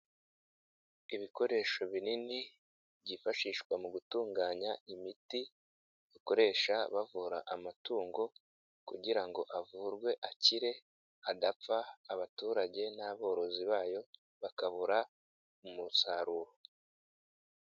Ibikoresho binini byifashishwa mu gutunganya imiti bakoresha bavura amatungo kugira ngo avurwe akire adapfa abaturage n'aborozi bayo bakabura umusaruro.